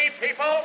people